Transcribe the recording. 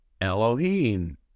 Elohim